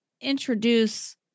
introduce